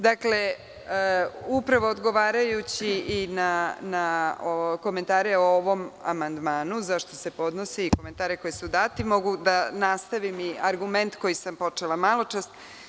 Dakle, odgovarajući na komentare o ovom amandmanu, zašto se podnosi, i komentari koji su dati, mogu da nastavim i argument koji sam počela maločas.